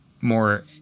more